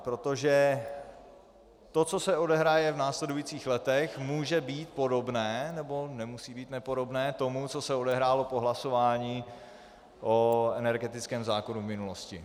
Protože to, co se odehraje v následujících letech, může být podobné nebo nemusí být podobné tomu, co se odehrálo po hlasování o energetickém zákonu v minulosti.